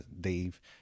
Dave